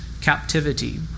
captivity